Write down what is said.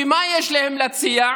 ומה יש להם להציע?